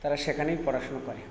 তারা সেখানেই পড়াশোনা করে